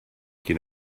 qui